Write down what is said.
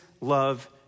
love